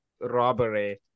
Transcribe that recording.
robbery